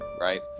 right